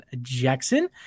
Jackson